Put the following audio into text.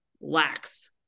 lacks